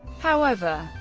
however,